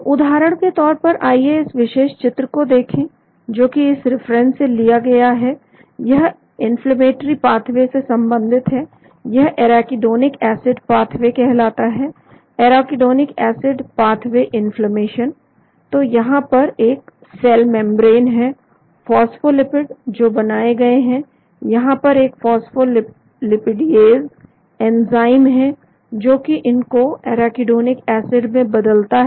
तो उदाहरण के तौर पर आइए इस विशेष चित्र को देखें जो कि इस रिफरेंस से लिया गया है यह इन्फ्लेमेटरी पाथवे से संबंधित है यह एराकीडोनिक एसिड पाथवे कहलाता है एराकीडोनिक एसिड पाथवे इन्फ्लेमेशन तो यहां पर एक सेल मेंब्रेन है फास्फोलिपिड जो बनाए गए हैं यहां पर एक फास्फोलिपिडएस एंजाइम है जो कि इनको एराकीडोनिक एसिड में बदलता है